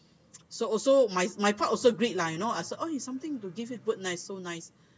so also my my part also greet lah you know oh something to give you bird's nest so nice